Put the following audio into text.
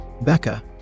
Becca